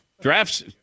drafts